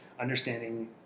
understanding